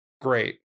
Great